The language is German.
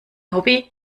hobby